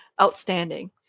outstanding